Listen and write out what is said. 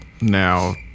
now